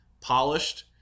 polished